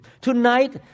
Tonight